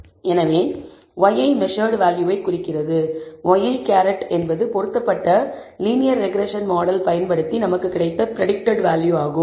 எனவே yi measured வேல்யூவை குறிக்கிறது ŷi என்பது பொருத்தப்பட்ட லீனியர் ரெக்ரெஸ்ஸன் மாடல் பயன்படுத்தி நமக்கு கிடைத்த பிரடிக்டட் வேல்யூ ஆகும்